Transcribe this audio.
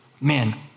man